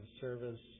service